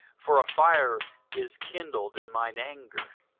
for a fire is kindled in mine anger,